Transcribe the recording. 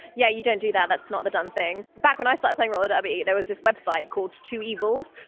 yeah, you don't do that, that's not the done thing. back when i stopped playing roller derby there was this website called two evils,